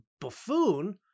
buffoon